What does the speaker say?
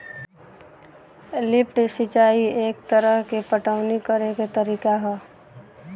lift सिंचाई एक तरह के पटवनी करेके तरीका ह